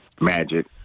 Magic